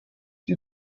die